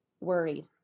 worried